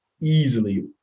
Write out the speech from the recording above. easily